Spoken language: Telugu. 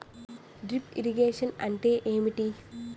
డ్రిప్ ఇరిగేషన్ అంటే ఏమిటి?